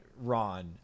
Ron